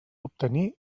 obtenir